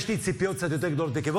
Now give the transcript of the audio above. יש לי ציפיות קצת יותר גדולות מכם.